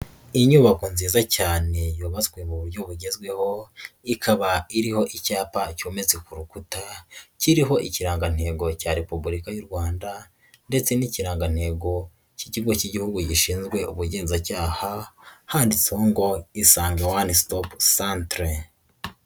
Inyubako nziza cyane yubatswe mu buryo bugezweho, ikaba iriho icyapa cyometse ku rukuta, kiriho ikirangantego cya Repubulika y'u Rwanda ndetse n'ikirangantego k'ikigo k'Ihugu gishinzwe ubugenzacyaha, handitseho ngo Isange one stop centre.